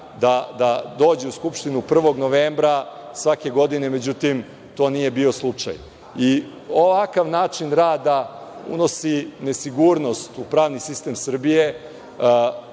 da dođe u Skupštinu 1. novembra svake godine. Međutim, to nije bio slučaj. Ovakav način rada unosi nesigurnost u pravni sistem Srbije,